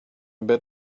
bit